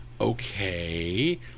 okay